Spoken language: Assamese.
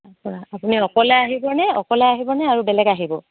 তাৰপৰা আপুনি অকলে আহিবনে অকলে আহিবনে আৰু বেলেগ আহিব